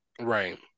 Right